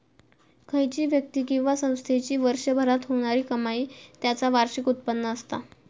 खयची व्यक्ती किंवा संस्थेची वर्षभरात होणारी कमाई त्याचा वार्षिक उत्पन्न असता